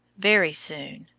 very soon,